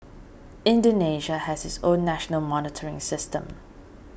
Indonesia has its own national monitoring system